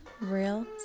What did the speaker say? real